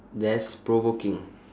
dash provoking